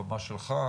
הבמה שלך.